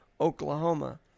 Oklahoma